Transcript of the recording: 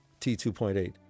T2.8